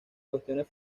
cuestiones